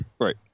Right